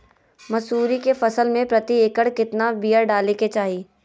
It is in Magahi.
मसूरी के फसल में प्रति एकड़ केतना बिया डाले के चाही?